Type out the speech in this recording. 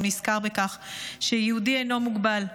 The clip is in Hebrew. הוא נזכר בכך שיהודי אינו מוגבל.